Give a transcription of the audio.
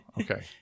Okay